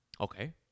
Okay